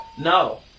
No